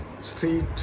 street